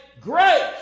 grace